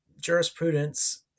jurisprudence